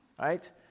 right